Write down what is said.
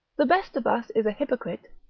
the best of us is a hypocrite,